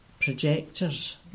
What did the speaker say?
projectors